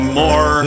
more